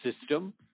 system